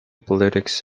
politics